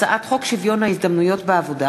הצעת חוק שוויון ההזדמנויות בעבודה